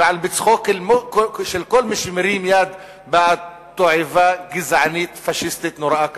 ועל מצחו שכל מי שמרים יד בעד תועבה גזענית פאשיסטית נוראה כזו.